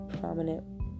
prominent